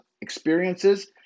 experiences